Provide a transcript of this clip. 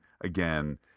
again